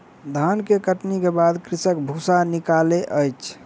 धान के कटनी के बाद कृषक भूसा निकालै अछि